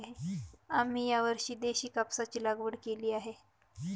आम्ही यावर्षी देशी कापसाची लागवड केली आहे